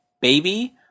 baby